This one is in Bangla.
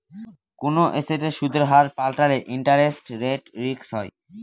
কোনো এসেটের সুদের হার পাল্টালে ইন্টারেস্ট রেট রিস্ক হয়